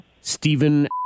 Stephen